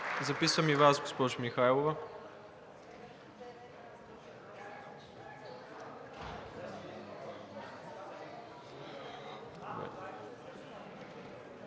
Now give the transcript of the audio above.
записвам и Вас, госпожо Михайлова.